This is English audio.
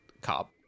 cop